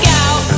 out